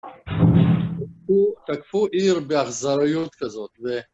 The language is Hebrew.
תקפו עיר באכזריות כזאת כזאת.